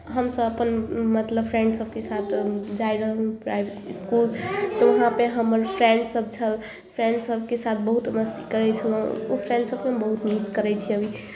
हमसभ अपन मतलब फ्रेंडसभके साथ जाइ रहौँ हम प्राइभेट इसकुल तो वहाँ पे हमर फ्रेंडसभ छल फ्रेंडसभके साथ बहुत मस्ती करै छलहुँ ओ फ्रेंडसभकेँ हम बहुत मिस करै छी अभी